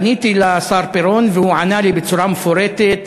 פניתי לשר פירון והוא ענה לי בצורה מפורטת,